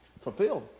fulfilled